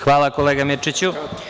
Hvala, kolega Mirčiću.